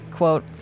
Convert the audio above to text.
quote